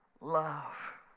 love